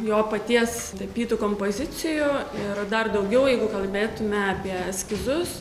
jo paties tapytų kompozicijų ir dar daugiau jeigu kalbėtume apie eskizus